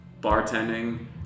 bartending